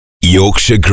Yorkshire